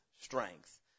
strength